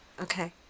Okay